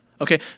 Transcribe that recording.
Okay